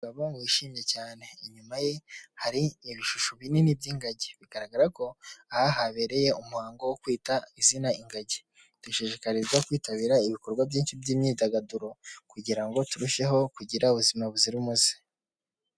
Umugabo wishimye cyane, inyuma ye hari ibishusho binini by'ingagi, bigaragara ko aha habereye umuhango wo kwita izina ingagi, dushishikariza kwitabira ibikorwa byinshi by'imyidagaduro, kugira ngo turusheho kugira ubuzima buzira umuze.